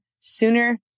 sooner